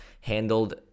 handled